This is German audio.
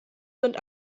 sind